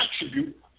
attribute